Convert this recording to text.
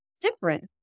different